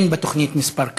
אין בתוכנית מספר כזה.